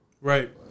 Right